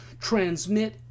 transmit